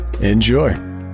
enjoy